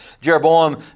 Jeroboam